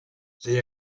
they